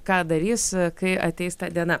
ką darys kai ateis ta diena